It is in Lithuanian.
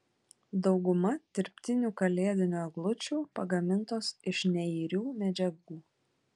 dauguma dirbtinių kalėdinių eglučių pagamintos iš neirių medžiagų